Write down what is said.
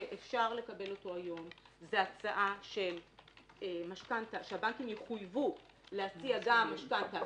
שאפשר לקבל אותו היום זו הצעה שהבנקים יחויבו להציע גם משכנתא